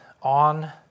on